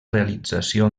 realització